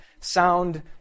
Sound